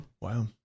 Wow